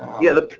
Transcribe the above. yeah,